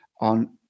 on